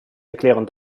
erklären